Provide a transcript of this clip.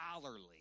scholarly